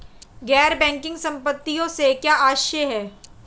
गैर बैंकिंग संपत्तियों से क्या आशय है?